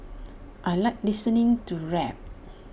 I Like listening to rap